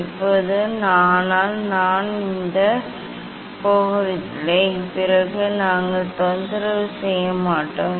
இப்போது ஆனால் இது நாம் போகப்போவதில்லை பிறகு நாங்கள் தொந்தரவு செய்ய மாட்டோம்